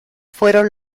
fueron